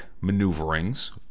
maneuverings